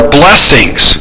blessings